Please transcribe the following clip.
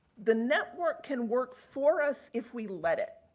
the network can work for us if we let it.